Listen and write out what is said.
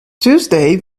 tuesday